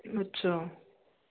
अछा